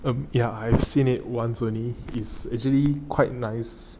err yeah I've seen it once only is actually quite nice